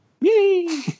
Yay